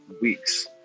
weeks